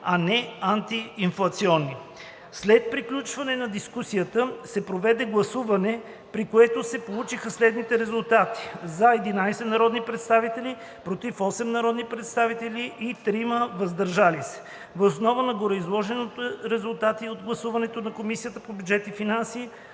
а не антиинфлационни. След приключване на дискусията се проведе гласуване, при което се получиха следните резултати: „за“ – 11 народни представители, „против“ – 8 народни представители, и 3 „въздържали се“. Въз основа на гореизложеното и резултатите от гласуването Комисията по бюджет и финанси